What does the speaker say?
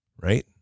Right